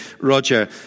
Roger